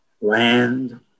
land